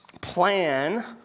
plan